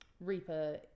Reaper